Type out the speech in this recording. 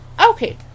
okay